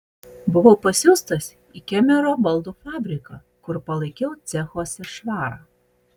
buvau pasiųstas į kemero baldų fabriką kur palaikiau cechuose švarą